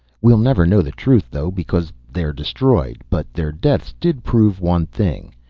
we'll never know the truth, though, because they are destroyed. but their deaths did prove one thing.